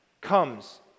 comes